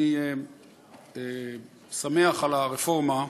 אני שמח על הרפורמה בבנק,